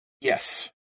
Yes